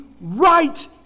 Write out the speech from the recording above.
right